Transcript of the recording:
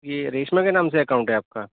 یہ ریشما کے نام سے اکاؤنٹ ہے آپ کا